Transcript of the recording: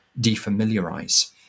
defamiliarize